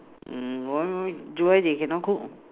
mm one week do why they cannot cook